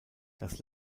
das